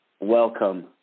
Welcome